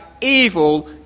evil